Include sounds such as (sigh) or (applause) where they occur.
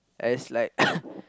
it's like (noise)